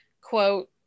quote